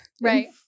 right